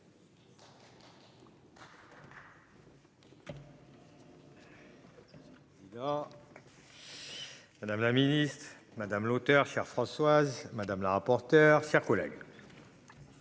Madame la ministre madame l'auteur, chère Françoise madame la rapporteure, chers collègues.